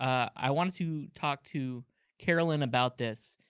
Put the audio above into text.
i want to to talk to carolyn about this,